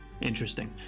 Interesting